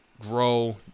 grow